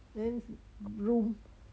then room